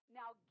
now